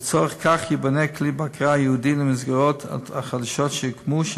לצורך זה ייבנה כלי בקרה ייעודי למסגרות החדשות שיוקמו,